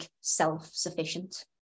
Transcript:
self-sufficient